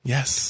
Yes